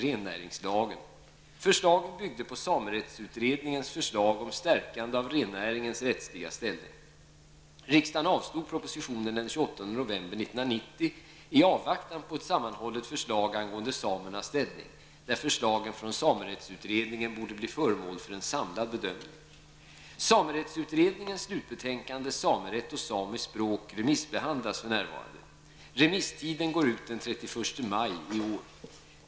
1990 i avvaktan på ett sammanhållet förslag angående samernas ställning, där förslagen från samerättsutredningen borde bli föremål för en samlad bedömning. Samerättsutredningens slutbetänkande Samerätt och samiskt språk remissbehandlas för närvarande. Remisstiden går ut den 31 maj 1991.